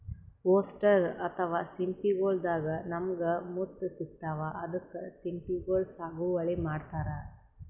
oyster ಅಥವಾ ಸಿಂಪಿಗೊಳ್ ದಾಗಾ ನಮ್ಗ್ ಮುತ್ತ್ ಸಿಗ್ತಾವ್ ಅದಕ್ಕ್ ಸಿಂಪಿಗೊಳ್ ಸಾಗುವಳಿ ಮಾಡತರ್